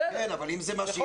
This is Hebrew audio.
בסדר, יכול להיות.